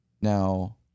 now